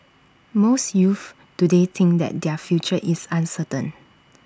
most youths today think that their future is uncertain